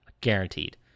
guaranteed